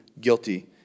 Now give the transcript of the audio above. guilty